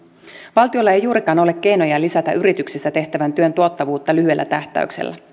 valtiolla ei juurikaan ole keinoja lisätä yrityksissä tehtävän työn tuottavuutta lyhyellä tähtäyksellä